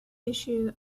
issue